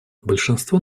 большинство